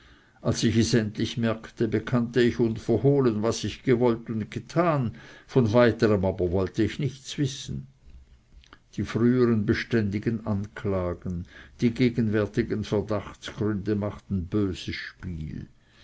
als ich es endlich merkte bekannte ich unverhohlen was ich gewollt und getan von weiterem aber wollte ich nichts wissen die frühern beständigen anklagen die gegenwärtigen verdachtsgründe machten mir böses spiel